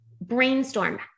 brainstorm